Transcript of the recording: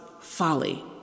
folly